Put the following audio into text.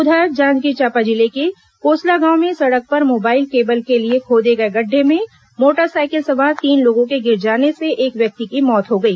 उधर जांजगीर चांपा जिले के कोसला गांव में सड़क पर मोबाइल केबल के लिए खोदे गए गड़ढे में मोटरसाइकिल सवार तीन लोगों के गिर जाने से एक व्यक्ति की मौत हो गई